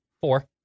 Four